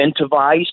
incentivized